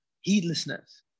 heedlessness